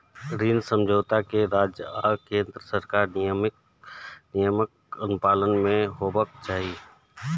ऋण समझौता कें राज्य आ केंद्र सरकारक नियमक अनुपालन मे हेबाक चाही